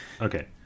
Okay